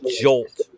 jolt